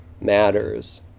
matters